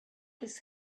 this